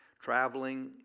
traveling